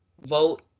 vote